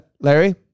Larry